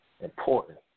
important